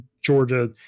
Georgia